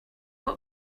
what